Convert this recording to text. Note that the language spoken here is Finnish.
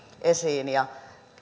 esiin ja